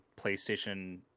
PlayStation